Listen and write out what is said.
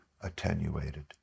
attenuated